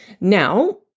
Now